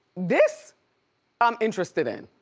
this i'm interested in.